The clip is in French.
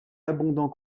abondants